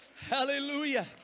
Hallelujah